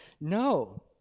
No